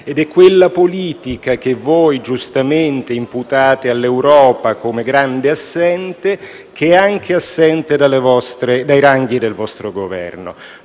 ed è quella politica che voi giustamente imputate all'Europa come grande assente, che è anche assente dai ranghi del vostro Governo.